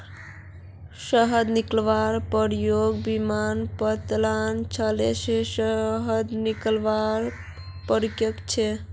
शहद निकलवार प्रक्रिया बिर्नि पालनत छत्ता से शहद निकलवार प्रक्रिया छे